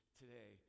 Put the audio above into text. today